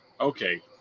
Okay